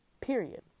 Period